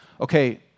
okay